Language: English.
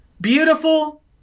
Beautiful